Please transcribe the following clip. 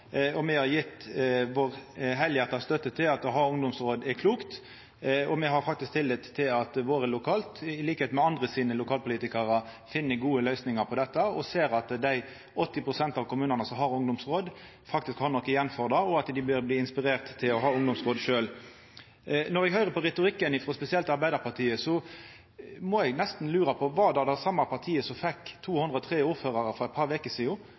Me har gjeve vår heilhjarta støtte til at det å ha ungdomsråd er klokt, og me har faktisk tillit til at våre lokalt, i likskap med andre sine lokalpolitikarar, finn gode løysingar på dette, og me ser at dei 80 pst. av kommunane som har ungdomsråd, faktisk har noko igjen for det, og at dei bør bli inspirerte til å ha ungdomsråd sjølve. Når eg høyrer på retorikken frå spesielt Arbeidarpartiet, må eg nesten lura på: Var det det same partiet som fekk 203 ordførarar for eit par veker